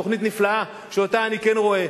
תוכנית נפלאה שאותה אני כן רואה,